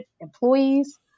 employees